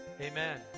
amen